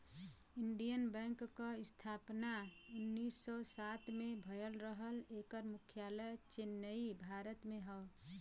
Indian Bank क स्थापना उन्नीस सौ सात में भयल रहल एकर मुख्यालय चेन्नई, भारत में हौ